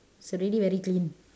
it's already very clean